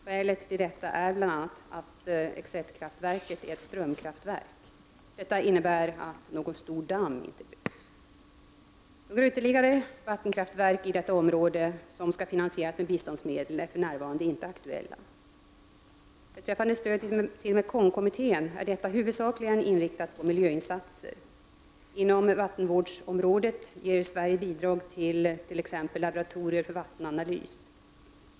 Skälet till detta är bl.a. att Xesetkraftverket är ett strömkraftverk. Detta innebär att någon stor damm inte byggs. Några ytterligare vattenkraftverk i detta område som skall finansieras med biståndsmedel är för närvarande inte aktuella. Beträffande stödet till Mekongkommittén är detta huvudsakligen inriktat på miljöinsatser. Inom vattenvårdsområdet ger Sverige bidrag till t.ex. laboratorier för vattenanalys.